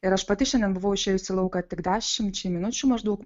ir aš pati šiandien buvau išėjus į lauką tik dešimčiai minučių maždaug